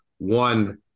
One